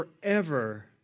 forever